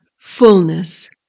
fullness